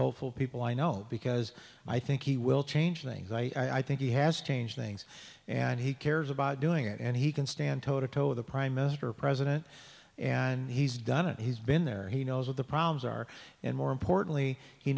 hopeful people i know because i think he will change things i think he has changed things and he cares about doing it and he can stand toe to toe the prime minister president and he's done it he's been there he knows what the problems are and more importantly he